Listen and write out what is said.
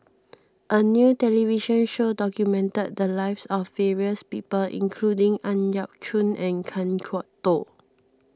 a new television show documented the lives of various people including Ang Yau Choon and Kan Kwok Toh